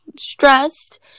stressed